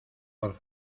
por